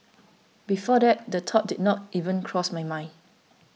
before that the thought did not even cross my mind